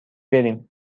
بریم